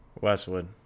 Westwood